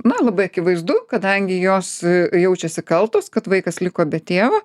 na labai akivaizdu kadangi jos jaučiasi kaltos kad vaikas liko be tėvo